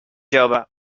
jove